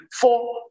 four